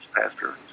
pastor